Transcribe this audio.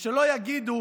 ושלא יגידו